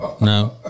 no